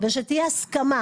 ושתהיה הסכמה,